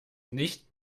nicht